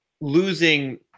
losing